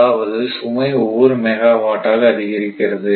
அதாவது சுமை ஒவ்வொரு மெகாவாட்டாக அதிகரிக்கிறது